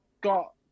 got